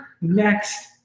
next